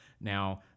Now